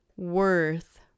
worth